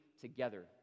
together